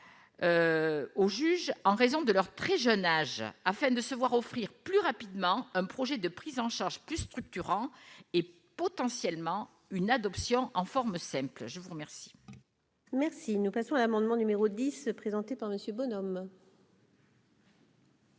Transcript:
aux juges en raison de leur très jeune âge afin de se voir offrir plus rapidement un projet de prise en charge plus structurant et potentiellement une adoption en forme simple je vous remercie. Merci, nous passons à l'amendement numéro 10 présenté par Monsieur Bonhomme.